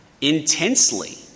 intensely